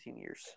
years